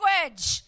language